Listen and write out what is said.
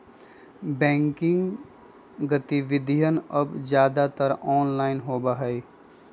banking गतिविधियन अब ज्यादातर ऑनलाइन होबा हई